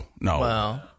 no